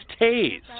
tased